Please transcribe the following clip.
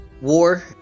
War